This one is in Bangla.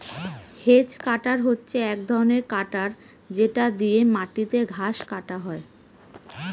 হেজ কাটার হচ্ছে এক ধরনের কাটার যেটা দিয়ে মাটিতে ঘাস কাটা হয়